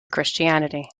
christianity